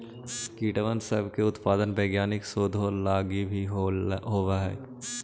कीटबन सब के उत्पादन वैज्ञानिक शोधों लागी भी होब हई